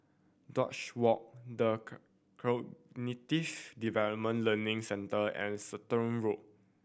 Duchess Walk The Cognitive Development Learning Centre and Road